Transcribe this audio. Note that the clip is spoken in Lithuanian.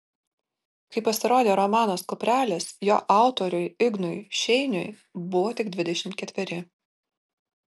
kai pasirodė romanas kuprelis jo autoriui ignui šeiniui buvo tik dvidešimt ketveri